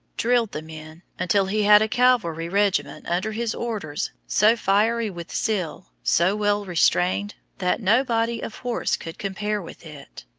drilled the men, until he had a cavalry regiment under his orders so fiery with zeal, so well restrained, that no body of horse could compare with it.